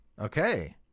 Okay